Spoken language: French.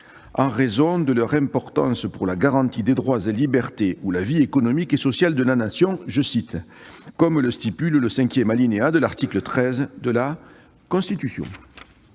en raison de leur importance pour la garantie des droits et libertés ou la vie économique et sociale de la Nation », comme le prévoit le cinquième alinéa de l'article 13 de la Constitution.